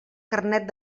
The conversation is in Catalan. carnet